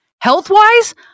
health-wise